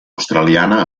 australiana